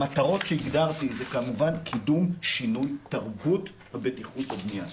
המטרות שהגדרתי זה כמובן קידום שינוי תרבות הבטיחות בבנייה.